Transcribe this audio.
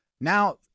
Now